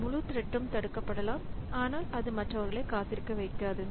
இந்த முழு த்ரெட்ம் தடுக்கப்படலாம் ஆனால் அது மற்றவர்களை காத்திருக்க வைக்காது